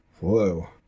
Whoa